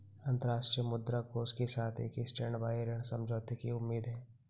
अंतर्राष्ट्रीय मुद्रा कोष के साथ एक स्टैंडबाय ऋण समझौते की उम्मीद है